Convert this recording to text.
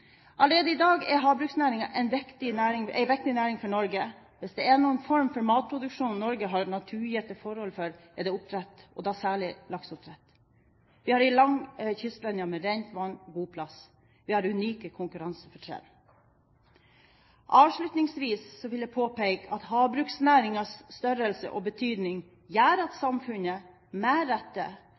Allerede i dag er havbruksnæringen en viktig næring for Norge. Hvis det er noen form for matproduksjon Norge har naturgitte forhold for, er det oppdrett, og da særlig lakseoppdrett. Vi har en lang kystlinje med rent vann og god plass. Vi har unike konkurransefortrinn. Avslutningsvis vil jeg påpeke at havbruksnæringens størrelse og betydning gjør at samfunnet